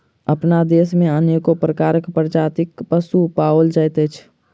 अपना देश मे अनेको प्रकारक प्रजातिक पशु पाओल जाइत अछि